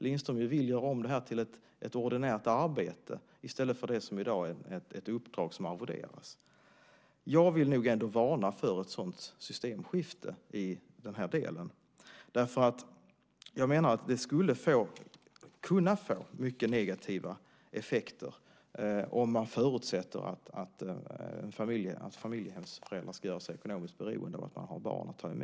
Lindström vill ju göra om det här till ett ordinärt arbete i stället för, som i dag, ett uppdrag som arvoderas. Jag vill nog ändå varna för ett sådant systemskifte i den här delen. Jag menar att det skulle kunna få mycket negativa effekter om man förutsätter att familjehemsföräldrar ska göras ekonomiskt beroende av att ha barn att ta hand om.